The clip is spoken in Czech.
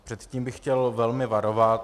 Před tím bych chtěl velmi varovat.